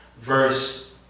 verse